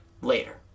later